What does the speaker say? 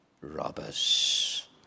robbers